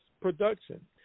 production